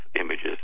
images